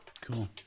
Cool